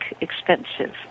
expensive